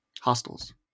hostels